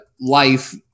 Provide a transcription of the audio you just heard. life